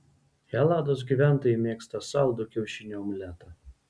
helados gyventojai mėgsta saldų kiaušinių omletą